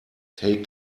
take